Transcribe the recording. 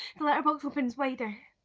the letterbox opens wider,